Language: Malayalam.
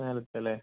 മുകളിലത്തേത് അല്ലേ